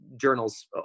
journals